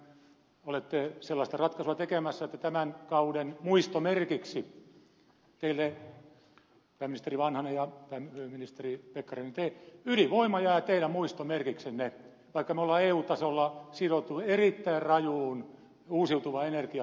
tehän olette sellaista ratkaisua tekemässä että tämän kauden muistomerkiksi teille pääministeri vanhanen ja ministeri pekkarinen jää ydinvoima vaikka me olemme eu tasolla sitoutuneet erittäin rajuun uusiutuvan energian lisäämiseen